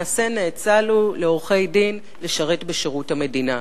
מעשה נאצל הוא לעורכי-דין לשרת בשירות המדינה,